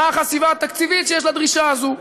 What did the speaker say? מה החשיבה התקציבית שיש לדרישה הזו,